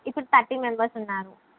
ఇపుడు thirty members ఉన్నారు